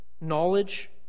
knowledge